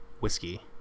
Whiskey